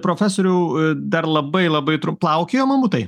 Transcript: profesoriau dar labai labai trump plaukioja mamutai